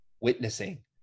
witnessing